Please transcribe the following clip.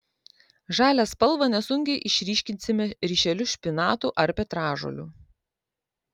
žalią spalvą nesunkiai išryškinsime ryšeliu špinatų ar petražolių